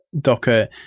Docker